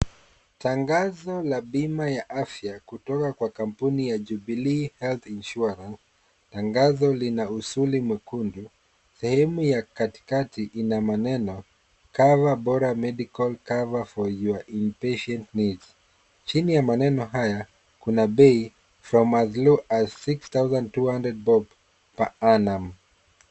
Tangazo la bima ya afya kutoka kwa kampuni ya Jubilee Health Insurance . Tangazo lina usuli mwekundu, sehemu ya katikati kuna maneno Cover Bora Medical Cover for your Inpatient Needs . Chini ya maneno haya kuna bei From as low as 6200 bob per annum .